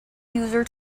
user